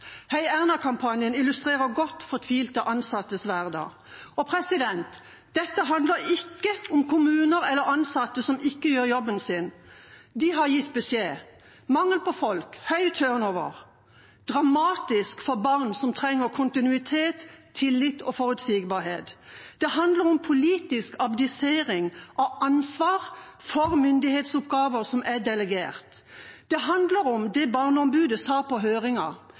illustrerer godt fortvilte ansattes hverdag. Dette handler ikke om kommuner eller ansatte som ikke gjør jobben sin. De har gitt beskjed – mangel på folk, høy turnover, dramatisk for barn som trenger kontinuitet, tillit og forutsigbarhet. Det handler om politisk abdisering av ansvar for myndighetsoppgaver som er delegert. Det handler om det barneombudet sa på